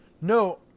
No